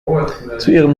ihrem